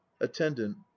attendant